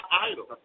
idol